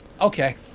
Okay